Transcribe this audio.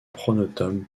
pronotum